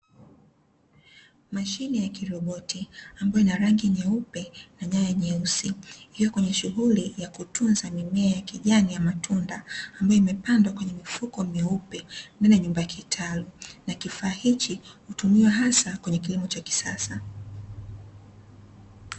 Mashine ya kiroboti ambayo ina rangi nyeupe na nyaya nyeusi iliyo kwenye shughuli ya kutunza mimea ya kijani ya matunda, ambayo imepandwa kwenye mifuko myeupe ndani ya nyumba kitalu, na kifaa hichi hutumiwa hasa kwenye kilimo cha kisasa.